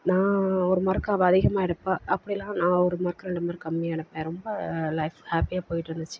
நான் ஒரு மார்க் அவள் அதிகமாக எடுப்பாள் அப்படிலாம் நான் ஒரு மார்க் ரெண்டு மார்க் கம்மியாக எடுப்பேன் ரொம்ப லைஃப் ஹேப்பியாக போய்ட்டு இருந்துச்சு